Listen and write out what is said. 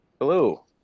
Hello